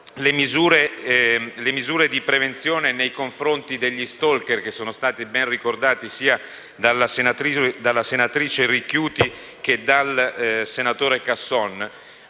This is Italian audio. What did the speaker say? le misure di prevenzione nei confronti degli *stalker*, che sono state ben ricordate sia dalla senatrice Ricchiuti che dal senatore Casson,